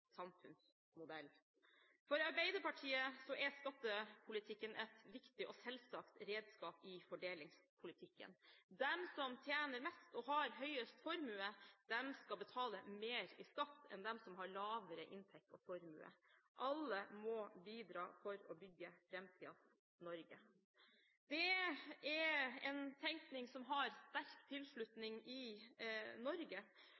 For Arbeiderpartiet er skattepolitikken et viktig og selvsagt redskap i fordelingspolitikken. De som tjener mest og har høyest formue, skal betale mer i skatt enn de som har lavere inntekt og formue. Alle må bidra for å bygge framtidens Norge. Det er en tenkning som har sterk tilslutning i Norge,